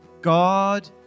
God